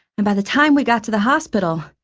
and by the time we got to the hospital,